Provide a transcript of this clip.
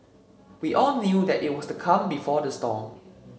we all knew that it was the calm before the storm